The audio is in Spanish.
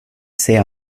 sea